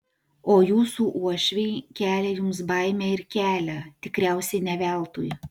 o jūsų uošviai kelia jums baimę ir kelia tikriausiai ne veltui